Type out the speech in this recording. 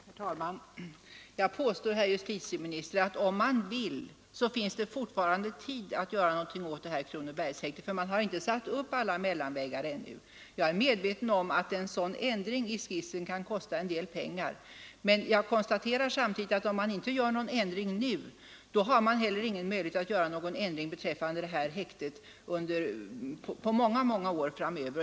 Herr talman! Jag påstår, herr justitieminister, att om man vill, finns det fortfarande tid att göra något åt Kronobergshäktet; man har ännu inte satt upp alla mellanväggar. Jag är medveten om att en sådan ändring i ritningarna kan kosta en del pengar, men jag konstaterar samtidigt att om man inte vidtar någon ändring nu, så har man inte heller någon möjlighet att göra det på många år framöver.